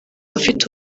afite